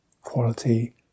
quality